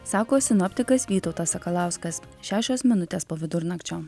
sako sinoptikas vytautas sakalauskas šešios minutės po vidurnakčio